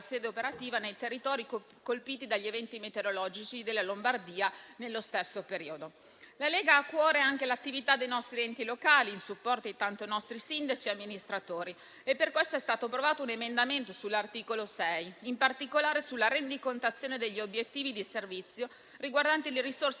sede operativa nei territori colpiti dagli eventi meteorologici della Lombardia nello stesso periodo. La Lega ha a cuore anche l'attività dei nostri enti locali in supporto ai nostri sindaci e amministratori e per questo è stato approvato un emendamento sull'articolo 6, in particolare sulla rendicontazione degli obiettivi di servizio riguardanti le risorse integrative